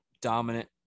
dominant